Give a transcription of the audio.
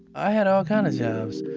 i had all kind of jobs.